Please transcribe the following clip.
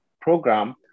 program